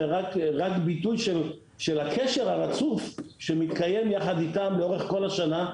זה רק ביטוי של הקשר הרצוף שמתקיים יחד איתם לאורך כל השנה,